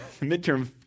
midterm